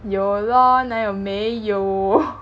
有 lor 那里有没有